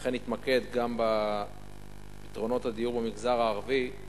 אכן אתמקד גם בפתרונות הדיור במגזר הערבי,